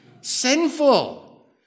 Sinful